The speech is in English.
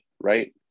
right